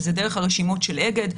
שזה דרך הרשימות של אגד.